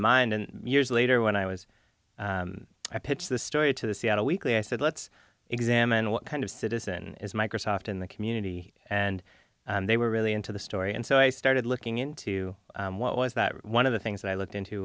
mind and years later when i was i pitched this story to the seattle weekly i said let's examine what kind of citizen is microsoft in the community and they were really into the story and so i started looking into what was that one of the things that i looked into